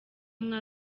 mwe